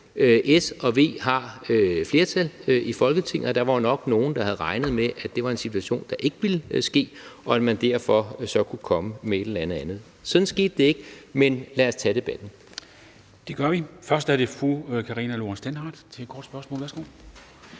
S og V har flertal i Folketinget, og der var jo nok nogle, der havde regnet med, at det var en situation, der ikke ville ske, og at man derfor så kunne komme med et eller andet andet. Sådan gik det ikke, men lad os tage debatten. Kl. 13:46 Formanden (Henrik Dam Kristensen): Det gør vi. Først